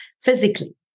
physically